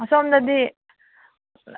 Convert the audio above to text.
ꯑꯁꯣꯝꯗꯗꯤ